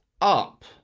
up